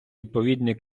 відповідні